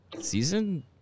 season